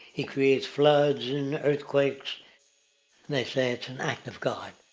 he creates floods and earthquakes and they say it's an act of god.